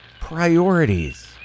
priorities